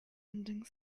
ending